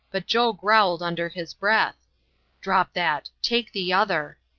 but joe growled under his breath drop that! take the other.